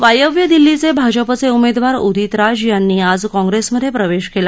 वायव्य दिल्लीचे भाजपाचे उमेदवार उदित राज यांनी आज काँप्रेसमधे प्रवेश केला